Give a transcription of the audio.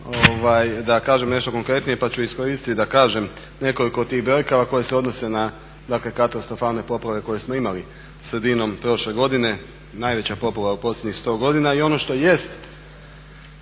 da kažem nešto konkretnije pa ću iskoristiti da kažem nekoliko tih brojka koje se odnose na dakle katastrofalne poplave koje smo imali sredinom prošle godine najveća poplava u posljednjih 100 godina. I ono što jest